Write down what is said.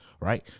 Right